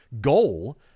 goal